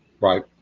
Right